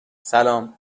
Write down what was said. سلام